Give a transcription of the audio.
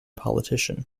politician